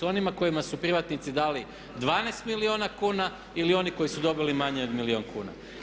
Onima kojima su privatnici dali 12 milijuna kuna ili oni koji su dobili manje od milijun kuna?